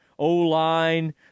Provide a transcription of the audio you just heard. O-line